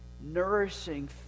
nourishing